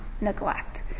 neglect